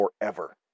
forever